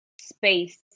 space